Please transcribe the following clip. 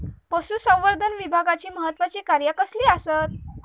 पशुसंवर्धन विभागाची महत्त्वाची कार्या कसली आसत?